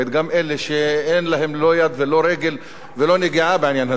גם אלה שאין להם לא יד ולא רגל ולא נגיעה בעניין הזה,